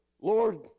Lord